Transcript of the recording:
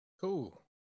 cool